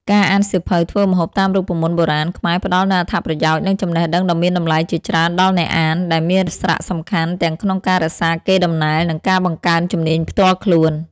ការអានសៀវភៅធ្វើម្ហូបតាមរូបមន្តបុរាណខ្មែរផ្ដល់នូវអត្ថប្រយោជន៍ និងចំណេះដឹងដ៏មានតម្លៃជាច្រើនដល់អ្នកអាន ដែលមានសារៈសំខាន់ទាំងក្នុងការរក្សាកេរដំណែល និងការបង្កើនជំនាញផ្ទាល់ខ្លួន។